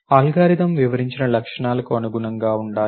algorithm వివరించిన లక్షణాలకు అనుగుణంగా ఉండాలి